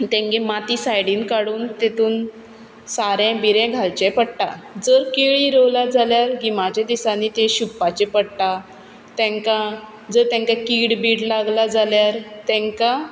तेंगें माती सायडीन काडून तितून सारें बिरें घालचें पडटा जर केळीं रोयल्यांत जाल्यार गिमाचे दिसांनी तीं शिंपपाचीं पडटा तेंकां जर तेंकां कीड बीड लागला जाल्यार तेंकां